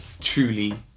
truly